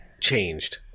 changed